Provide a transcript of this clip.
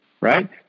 Right